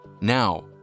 Now